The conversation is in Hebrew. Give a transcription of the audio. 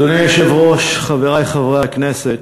אדוני היושב-ראש, חברי חברי הכנסת,